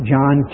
John